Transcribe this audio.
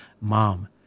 mom